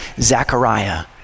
Zechariah